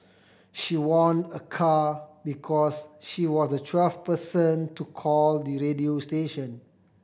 she won a car because she was the twelfth person to call the radio station